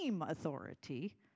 authority